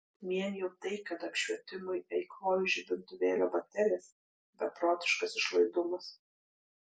vien jau tai kad apšvietimui eikvoju žibintuvėlio baterijas beprotiškas išlaidumas